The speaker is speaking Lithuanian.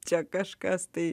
čia kažkas tai